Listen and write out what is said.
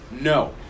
No